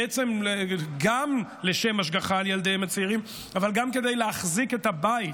בעצם גם לשם השגחה על ילדיהם הצעירים אבל גם כדי להחזיק את הבית,